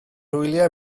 wyliau